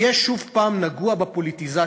יהיה שוב פעם נגוע בפוליטיזציה